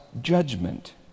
judgment